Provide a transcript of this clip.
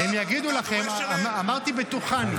אמרתי בטוחני.